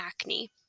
acne